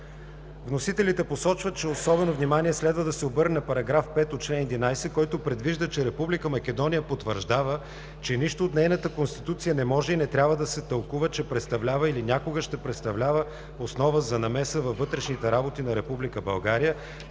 Вносителите посочват, че особено внимание следва да се обърне на § 5 от чл. 11, който предвижда, че Република Македония потвърждава, че нищо от нейната конституция не може и не трябва да се тълкува, че представлява или някога ще представлява основа за намеса във вътрешните работи на Република България,